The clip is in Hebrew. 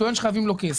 טוען שחייבים לו כסף,